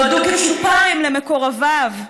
נועדו כצ'ופרים למקורביו.